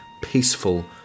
peaceful